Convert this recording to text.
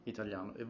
Italiano